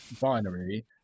binary